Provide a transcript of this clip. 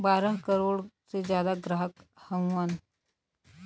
बारह करोड़ से जादा ग्राहक हउवन